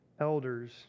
elders